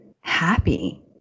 happy